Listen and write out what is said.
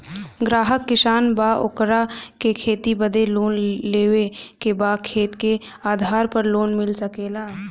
ग्राहक किसान बा ओकरा के खेती बदे लोन लेवे के बा खेत के आधार पर लोन मिल सके ला?